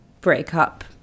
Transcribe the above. breakup